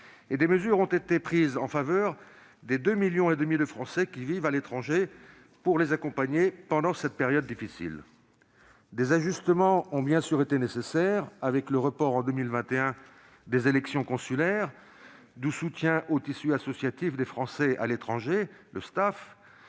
et des mesures ont été prises en faveur des 2,5 millions de Français qui vivent à l'étranger, de manière à les accompagner pendant cette période difficile. Des ajustements ont bien sûr été nécessaires, avec le report en 2021 des élections consulaires, du soutien au tissu associatif des Français à l'étranger, le Stafe,